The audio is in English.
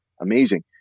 amazing